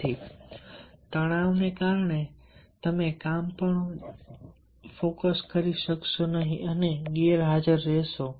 તેથી તણાવને કારણે તમે કામ પર જાણ કરશો નહીં અને ગેરહાજર રહેશો